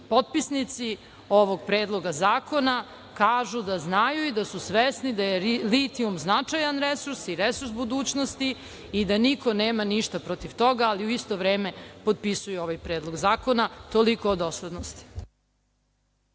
potpisnici ovog Predloga zakona kažu da znaju i da su svesni da je litijum značajan resurs i resurs budućnosti i da niko nema ništa protiv toga, ali u isto vreme potpisuju ovaj Predlog zakona. Toliko o doslednosti.